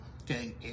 Okay